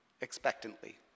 expectantly